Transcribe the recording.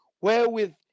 wherewith